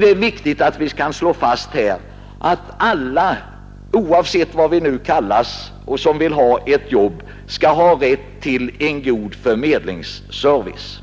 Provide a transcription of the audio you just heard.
Det är viktigt att här fastslå att alla, oavsett vad de kallas men som vill ha ett jobb, skall ha rätt till en god förmedlingsservice.